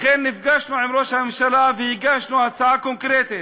לכן נפגשנו עם ראש הממשלה והגשנו הצעה קונקרטית: